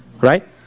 Right